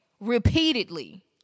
Repeatedly